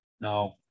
Now